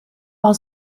war